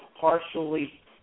partially